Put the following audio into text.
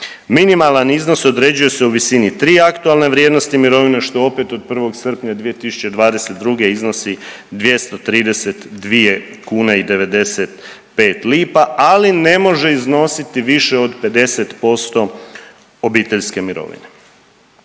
Minimalan iznos određuje se u visini tri aktualne vrijednosti mirovine što opet od 1. srpnja 2022. iznosi 232 kune i 95 lipa, ali ne može iznositi više od 50% obiteljske mirovine.